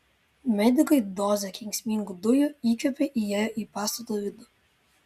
medikai dozę kenksmingų dujų įkvėpė įėję į pastato vidų